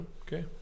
okay